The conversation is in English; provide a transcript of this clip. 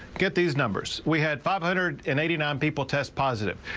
get these numbers we had five hundred and eighty nine people test positive.